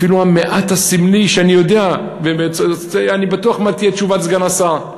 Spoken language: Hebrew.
אפילו המעט הסמלי שאני יודע אני בטוח מה תהיה תשובת סגן השר,